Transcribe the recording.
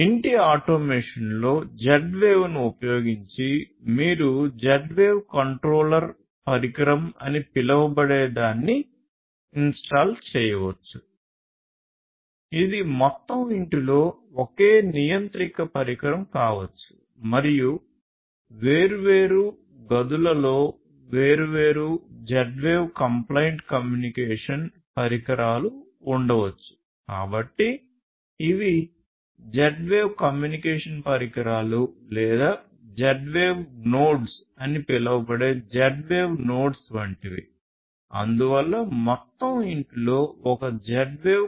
ఇంటి ఆటోమేషన్లో Z వేవ్ను ఉపయోగించి మీరు Zwave కంట్రోలర్ పరికరం అని పిలువబడే దాన్ని ఇన్స్టాల్ చేయవచ్చు ఇది మొత్తం ఇంటిలో ఒకే నియంత్రిక పరికరం ఉపయోగించి సుమారు 127 లేదా 128 Z వేవ్ నోడ్లను అనుసంధానించవచ్చు